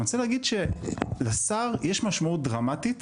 אני רוצה להגיד שלשר יש משמעות דרמטית